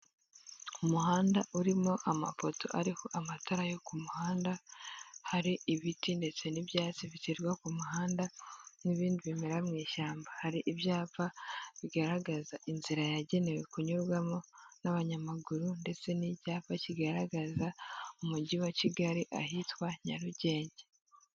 Umuhanda urimo amapoto ariho amatara yo ku muhanda, hari ibiti ndetse n'ibyatsi biterwa ku muhanda n'ibindi bimera mu ishyamba, hari ibyapa bigaragaza inzira yagenewe kunyurwamo n'abanyamaguru, ndetse n'icyapa kigaragaza umujyi wa Kigali ahitwa Nyarugenge.